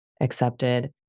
accepted